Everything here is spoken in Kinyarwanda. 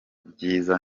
byiza